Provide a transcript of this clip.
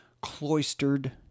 cloistered